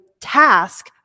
task